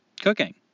cooking